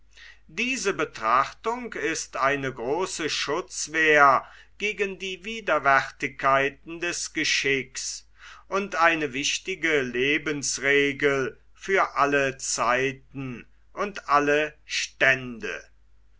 diese betrachtung ist eine große schutzwehr gegen die widerwärtigkeiten des geschicks und eine wichtige lebensregel für alle zeiten und alle stände